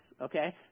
Okay